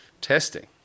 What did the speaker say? Testing